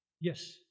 Yes